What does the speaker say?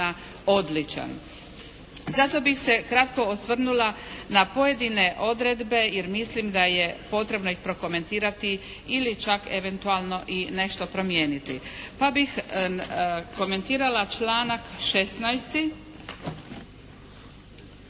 odličan. Zato bih se kratko osvrnula na pojedine odredbe jer mislim da je potrebno ih prokomentirati ili čak eventualno i nešto promijeniti. Pa bih komentirala članak 16.,